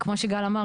ולכן אני אומר,